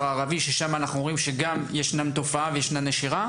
הערבי ששם אנחנו רואים שיש נשירה ?